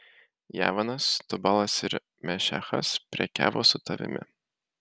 javanas tubalas ir mešechas prekiavo su tavimi